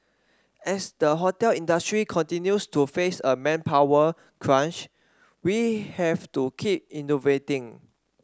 as the hotel industry continues to face a manpower crunch we have to keep innovating